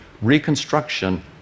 reconstruction